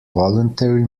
voluntary